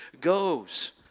goes